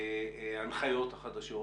ההנחיות החדשות